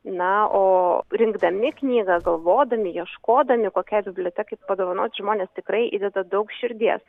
na o rinkdami knygą galvodami ieškodami kokiai bibliotekai padovanot žmonės tikrai įdeda daug širdies